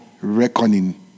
reckoning